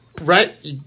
right